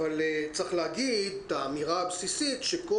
אבל צריך להגיד את האמירה הבסיסית שכל